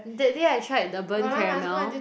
that day I tried the burnt caramel